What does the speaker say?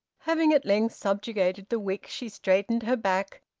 having at length subjugated the wick, she straightened her back,